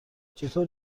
چطور